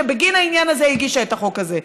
שבגין העניין הזה הגישה את החוק הזה,